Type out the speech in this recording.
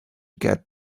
get